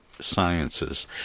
sciences